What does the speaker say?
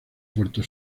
puerto